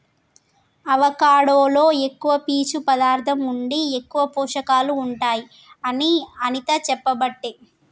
avocado లో ఎక్కువ పీచు పదార్ధం ఉండి ఎక్కువ పోషకాలు ఉంటాయి అని అనిత చెప్పబట్టే